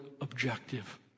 objective